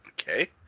Okay